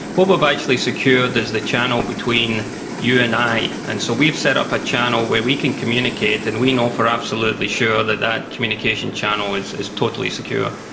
what we've actually secured is the channel between you and i. and so we've set up a channel where we can communicate and we know for absolutely sure that that communication channel is is totally secure.